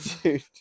Dude